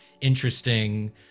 interesting